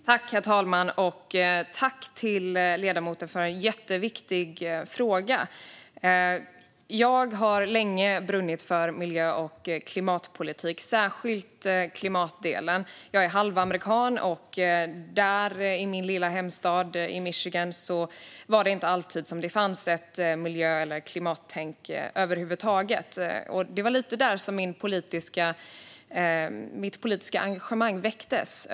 Herr talman! Tack, ledamoten, för en jätteviktig fråga! Jag har länge brunnit för miljö och klimatpolitik, och då särskilt klimatdelen. Jag är halvamerikan. I min lilla hemstad i Michigan var det inte alltid som det fanns ett miljö eller klimattänk över huvud taget. Det var nog där som mitt politiska engagemang väcktes.